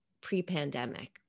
pre-pandemic